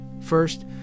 First